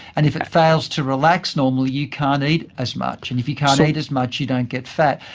and if it fails to relax normally you can't eat as much. and if you can't eat as much you don't get fat.